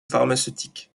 pharmaceutique